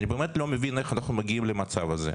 אני באמת לא מבין איך אנחנו מגיעים למצב הזה,